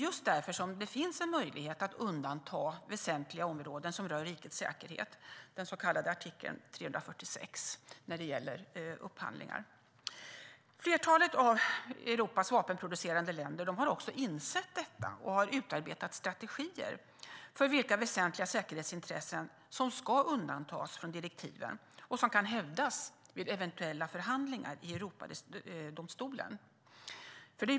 Just därför finns en möjlighet att undanta särskilt väsentliga områden som rör rikets säkerhet enligt artikel 346 när det gäller upphandlingar på försvarsområdet. Flertalet av Europas vapenproducerande länder har insett detta och har utarbetat strategier för vilka väsentliga säkerhetsintressen som ska undantas från direktiven och som kan hävdas vid eventuella förhandlingar i Europadomstolen.